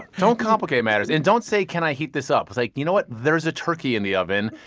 don't complicate matters. and don't say, can i heat this up? like you know what? there's a turkey in the oven,